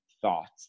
thoughts